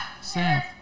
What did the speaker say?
Sam